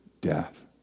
death